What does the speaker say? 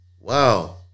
wow